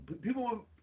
people